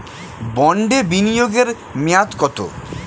বন্ডে বিনিয়োগ এর মেয়াদ কত?